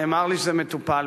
נאמר לי שזה מטופל.